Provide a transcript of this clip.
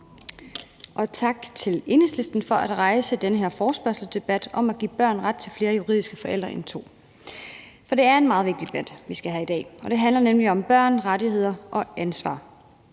Og tak til Enhedslisten for at rejse den her forespørgselsdebat om at give børn ret til flere juridiske forældre end to, for det er en meget vigtig debat, vi skal have i dag, og den handler nemlig om børn, rettigheder og ansvar.